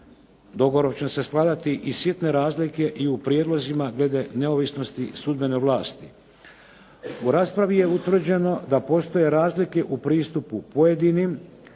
Dogovorom će se svladati i sitne razlike i u prijedlozima glede neovisnosti sudbene vlasti. U raspravi je utvrđeno da postoje razlike u pristupu pojedinim